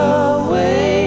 away